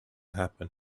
happen